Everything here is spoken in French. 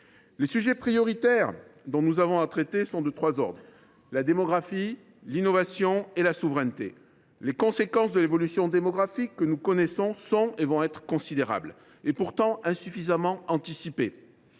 Les sujets prioritaires dont nous avons à traiter sont de trois ordres : la démographie, l’innovation et la souveraineté. Les conséquences de l’évolution démographique que nous connaissons sont et vont être considérables – elles sont pourtant insuffisamment anticipées